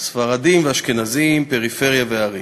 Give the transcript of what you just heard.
ספרדים ואשכנזים, פריפריה וערים.